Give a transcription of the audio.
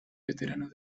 veterano